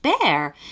Bear